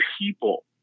people